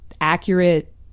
accurate